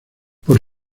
por